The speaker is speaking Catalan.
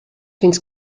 fins